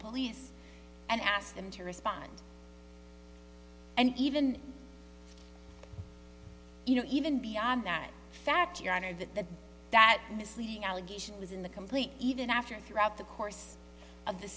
police and ask them to respond and even you know even beyond that in fact your honor that the that misleading allegation was in the complaint even after throughout the course of th